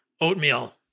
Oatmeal